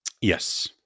Yes